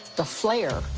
the flair,